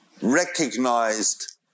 recognized